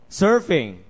surfing